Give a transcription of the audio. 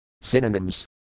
Synonyms